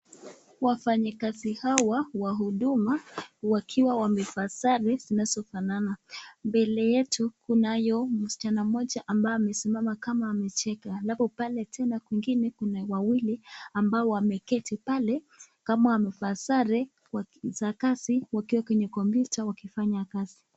Wafanyikazi hawa wa huduma wakiwa wamevaa sare zinazofanana, mbele yetu kunayo msichana mmoja ambaye amesimama kama amecheka, halafu pale tena kwingine kuna wawili ambao wameketi pale kama wamevaa sare za kazi wakiwa kwenye kompyuta wakifanya kazi.